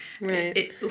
Right